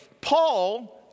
Paul